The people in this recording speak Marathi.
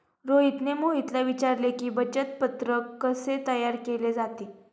रोहितने मोहितला विचारले की, बचत पत्रक कसे तयार केले जाते?